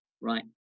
right